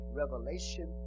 revelation